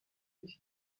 iki